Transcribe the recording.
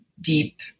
deep